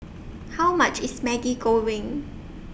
How much IS Maggi Goreng